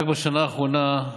רק בשנה האחרונה,